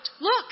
Look